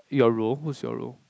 your role who's your role